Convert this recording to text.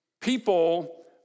people